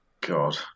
God